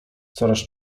coraz